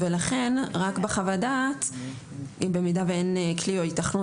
לכן רק בחוות הדעת אם במידה ואין כלי או היתכנות,